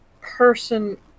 person